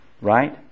Right